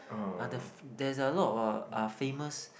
uh the there's a lot of uh famous